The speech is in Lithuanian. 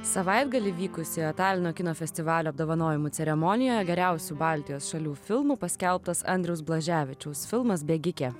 savaitgalį vykusioje talino kino festivalio apdovanojimų ceremonijoje geriausiu baltijos šalių filmu paskelbtas andriaus blaževičiaus filmas bėgikė